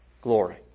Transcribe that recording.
glory